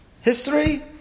history